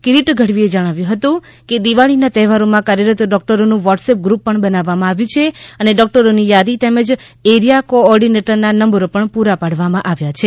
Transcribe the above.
કિરીટ ગઢવીએ જણાવ્યું હતું કે દિવાળીનાં તહેવારોમાં કાર્યરત ડોક્ટરોનું વોટસ એપ ગુપ પણ બનાવવામાં આવ્યું છે અને ડોક્ટરોની યાદી તેમજ એરિયા કો ઓર્ડિનેટરોનાં નંબરો પણ પૂરા પાડવામાં આવ્યા છે